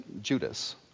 Judas